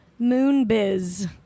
Moonbiz